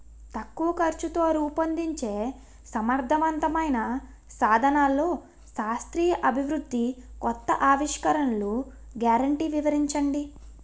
తక్కువ ఖర్చుతో రూపొందించే సమర్థవంతమైన సాధనాల్లో శాస్త్రీయ అభివృద్ధి కొత్త ఆవిష్కరణలు గ్యారంటీ వివరించండి?